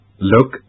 Look